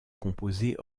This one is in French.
composés